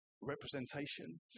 representation